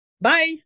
Bye